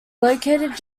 located